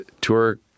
tour